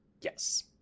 yes